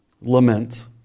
Lament